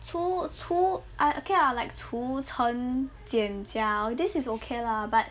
除除 ah okay lah like 除乘简加 this is okay lah but